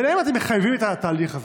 ואותם אתם מחייבים בתהליך הזה.